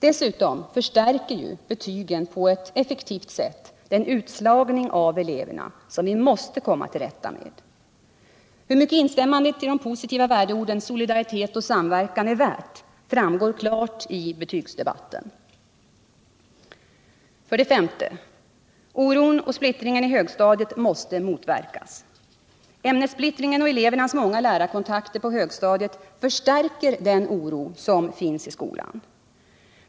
Dessutom förstärker betygen på ett effektivt sätt den utslagning av elever som vi måste komma till rätta med. Hur mycket instämmandet i de positiva värdeorden ”solidaritet och samarbete” är värt framgår klart i betygsdebatten. 5. Oron och splittringen i högstadiet måste motverkas! Ämnessplittringen och elevernas många lärarkontakter på högstadiet förstärker den oro som finns i skolan.